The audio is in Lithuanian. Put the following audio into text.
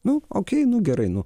nu okei nu gerai nu